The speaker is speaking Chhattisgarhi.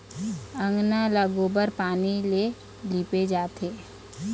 अंगना ल गोबर पानी ले लिपे जाथे